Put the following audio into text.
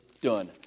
done